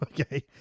Okay